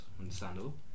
understandable